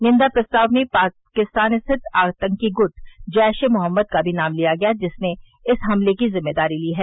निन्दा प्रस्ताव में पाकिस्तान स्थित आतंकी गुट जैश ए मोहम्मद का भी नाम लिया गया जिसने इस हमले की जिम्मेदारी ली है